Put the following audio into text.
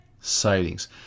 sightings